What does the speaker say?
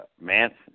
Manson